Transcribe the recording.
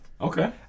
Okay